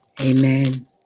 Amen